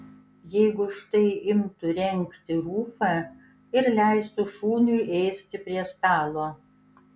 jeigu štai imtų rengti rufą ir leistų šuniui ėsti prie stalo